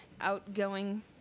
outgoing